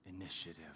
initiative